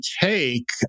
take